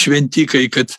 šventikai kad